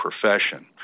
profession